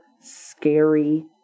scary